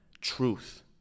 truth